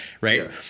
right